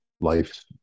life